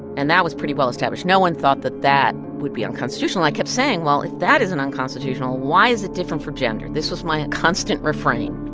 and that was pretty well established. no one thought that that would be unconstitutional. i kept saying, well, if that isn't unconstitutional, why is it different for gender? this was my constant refrain.